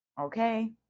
Okay